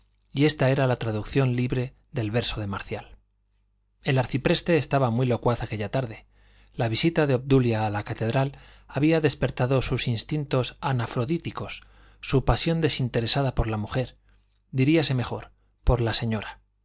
y esta era la traducción libre del verso de marcial el arcipreste estaba muy locuaz aquella tarde la visita de obdulia a la catedral había despertado sus instintos anafrodíticos su pasión desinteresada por la mujer diríase mejor por la señora